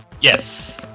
Yes